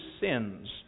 sins